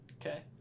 Okay